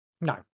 No